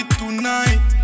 tonight